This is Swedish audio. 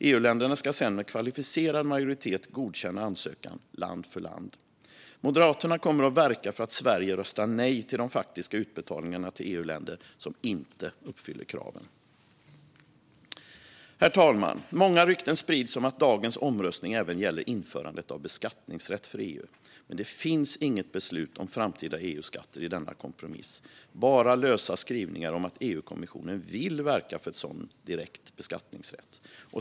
EU-länderna ska sedan med kvalificerad majoritet godkänna ansökan, land för land. Moderaterna kommer att verka för att Sverige röstar nej till faktiska utbetalningar till EU-länder som inte uppfyller kraven. Herr talman! Många rykten sprids om att dagens omröstning även gäller införandet av beskattningsrätt för EU. Men det finns inget beslut om framtida EU-skatter i denna kompromiss, bara lösa skrivningar om att EU-kommissionen vill verka för sådan direkt beskattningsrätt.